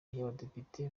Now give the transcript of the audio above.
y’abadepite